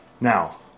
Now